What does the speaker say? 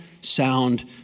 sound